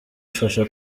ifasha